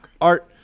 Art